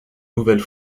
nouvelle